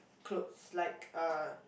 clothes like uh